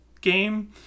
game